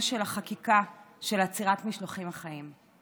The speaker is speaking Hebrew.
של החקיקה של עצירת המשלוחים החיים.